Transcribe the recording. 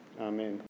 Amen